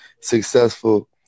successful